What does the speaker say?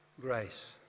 grace